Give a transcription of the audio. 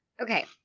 okay